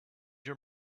your